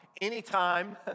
Anytime